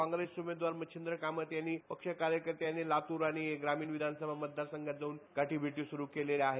काँग्रेस उमेदवार मच्छिंद्र कामत यांनी पक्ष कार्यकर्ते आणि लातूर आणि ग्रामीण मतदार संघात जाऊन गाठीभेटी सुरु केलेल्या आहेत